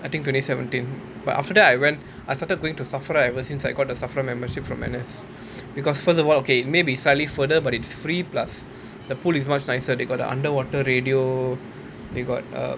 I think twenty seventeen but after that I went I started going to SAFRA ever since I got the SAFRA membership from N_S because first of all okay it may be slightly further but it's free plus the pool is much nicer they got the underwater radio they got um